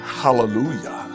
hallelujah